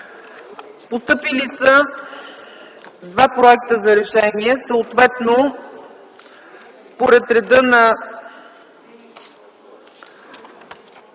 Постъпили са два проекта за решение, съответно според реда на